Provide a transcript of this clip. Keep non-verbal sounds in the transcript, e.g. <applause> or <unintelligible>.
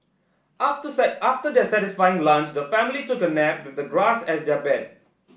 after <unintelligible> after their satisfying lunch the family took a nap with the grass as their bed